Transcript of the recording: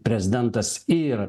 prezidentas ir